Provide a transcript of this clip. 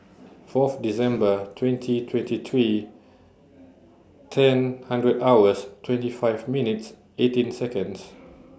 Fourth December twenty twenty three ten hundred hours twenty five minutes eighteen Seconds